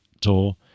tour